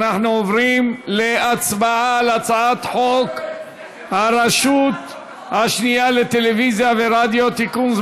אנחנו עוברים להצבעה על הצעת חוק הרשות השנייה לטלוויזיה ורדיו (תיקון,